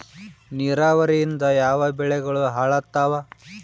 ನಿರಾವರಿಯಿಂದ ಯಾವ ಬೆಳೆಗಳು ಹಾಳಾತ್ತಾವ?